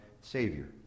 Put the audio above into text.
savior